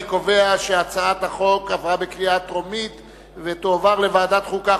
אני קובע שהצעת החוק עברה בקריאה טרומית ותועבר לוועדת החוקה,